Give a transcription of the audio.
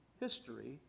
history